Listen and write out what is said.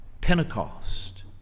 Pentecost